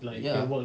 ya